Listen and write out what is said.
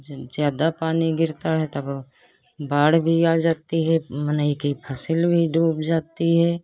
और जन ज़्यादा पानी गिरता है तब बाढ़ भी आ जाती है मनई की फसल भी डूब जाती है